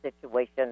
situation